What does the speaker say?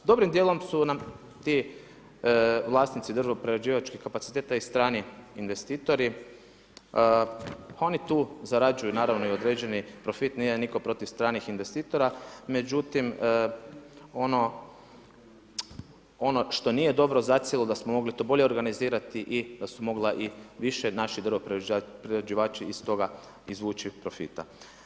Dobrim djelom su nam ti vlasnici drvoprerađivačkih kapaciteta i strani investitori, oni tu zarađuju naravno i određeni profit, nije nitko protiv stranih investitora međutim ono što nije dobro zacijelo da smo mogli to bolje organizirati i da su mogla i više naši drvoprerađivači iz toga izvući profita.